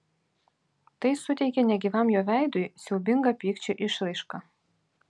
tai suteikė negyvam jo veidui siaubingą pykčio išraišką